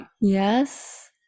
Yes